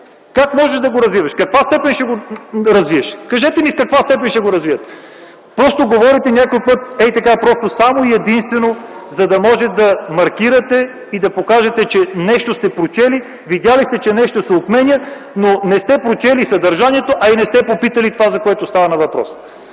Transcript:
Как може да го развиваш? Каква степен ще го развиеш? Кажете ми в каква степен ще го развиете? Просто говорите някой път ей така, само и единствено, за да може да манкирате и да покажете, че нещо сте прочели, видели сте, че нещо се отменя, но не сте прочели съдържанието, а не сте и попитали за това, за което става въпрос.